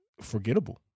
forgettable